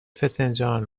فسنجان